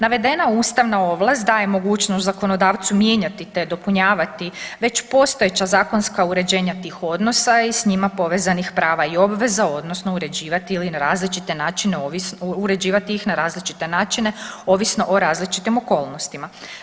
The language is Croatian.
Navedena ustavna ovlast daje mogućnost zakonodavcu mijenjati te dopunjavati već postojeća zakonska uređenja tih odnosa i s njima povezanih prava i obveza odnosno uređivati ili na različite načine, uređivati ih na različite ovisno o različitim okolnostima.